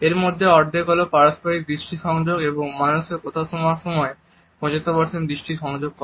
এর মধ্যে অর্ধেক হল পারস্পরিক দৃষ্টি সংযোগ এবং মানুষ কথা শোনার সময় 75 দৃষ্টি সংযোগ করে